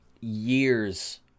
years